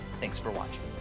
thanks for watching.